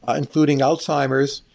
ah including alzheimer s,